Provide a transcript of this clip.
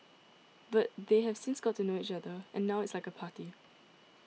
but they have since got to know each other and now it is like a party